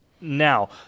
Now